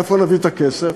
מאיפה נביא את הכסף?